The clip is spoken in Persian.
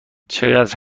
چقدر